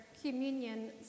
communion